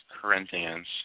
Corinthians